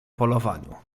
polowaniu